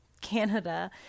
Canada